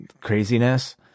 craziness